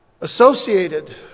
Associated